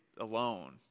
alone